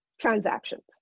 transactions